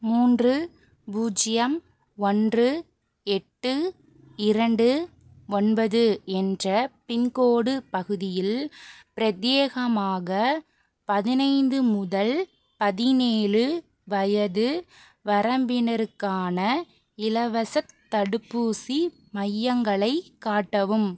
மூன்று பூஜ்ஜியம் ஒன்று எட்டு இரண்டு ஒன்பது என்ற பின்கோடு பகுதியில் பிரத்யேகமாக பதினைந்து முதல் பதினேழு வயது வரம்பினருக்கான இலவசத் தடுப்பூசி மையங்களை காட்டவும்